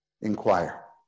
inquire